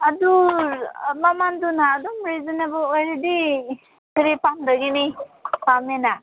ꯑꯗꯨ ꯃꯃꯟꯗꯨꯅ ꯑꯗꯨꯝ ꯔꯤꯖꯅꯦꯕꯜ ꯑꯣꯏꯔꯗꯤ ꯀꯔꯤꯒꯤ ꯄꯥꯝꯗꯅꯤ ꯄꯥꯝꯃꯦꯅ